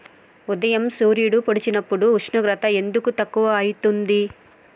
ఉదయం సూర్యుడు పొడిసినప్పుడు ఉష్ణోగ్రత ఎందుకు తక్కువ ఐతుంది?